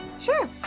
Sure